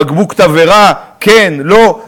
בקבוק תבערה, כן, לא.